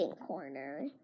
corner